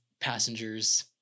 passengers